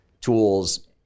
tools